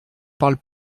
parlent